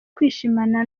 kwishimana